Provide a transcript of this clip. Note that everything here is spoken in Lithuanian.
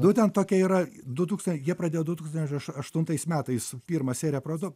nu ten tokie yra du tūkstan jie pradėjo du tūkstančiai aš aštuntais metais pirmą seriją produ